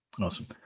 Awesome